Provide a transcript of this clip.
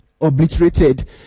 obliterated